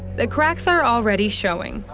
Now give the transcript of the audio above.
the cracks are already showing